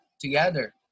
together